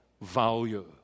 value